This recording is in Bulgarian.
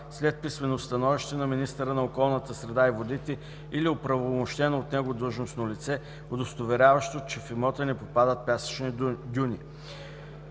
след писмено становище на министъра на околната среда и водите или оправомощено от него длъжностно лице, удостоверяващо, че в имота не попадат пясъчни дюни.“